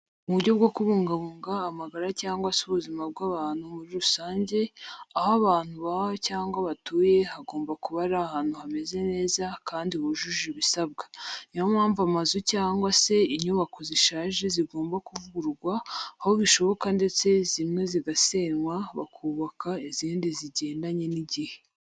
Mu buryo bwo kubungabunga amagara cyangwa se ubuzima bw'abantu muri rusange, aho abantu baba cyangwa batuye hagomba kuba ari ahantu hameze neza kandi hujuje ibisabwa. Ni yo mpamvu amazu cyangwa se inyubako zishaje zigomba kuvugururwa aho bishoboka ndetse zimwe zigasenywa hakubakwa izindi zigendanye n'igihe.